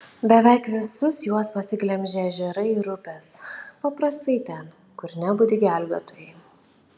beveik visus juos pasiglemžė ežerai ir upės paprastai ten kur nebudi gelbėtojai